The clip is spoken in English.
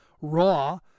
Raw